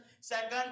Second